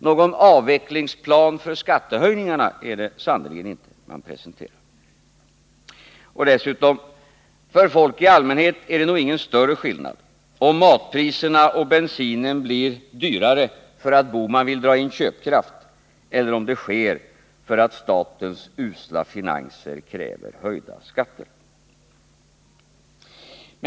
Någon avvecklingsplan för skattehöjningarna är det sannerligen inte man presenterar. Och dessutom =— för folk i allmänhet är det nog ingen större skillnad, om matpriserna och bensinen blir dyrare för att Gösta Bohman vill dra in köpkraft, eller om det sker för att statens usla finanser kräver höjda skatter.